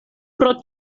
pro